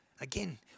Again